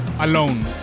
alone